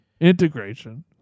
Integration